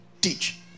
Teach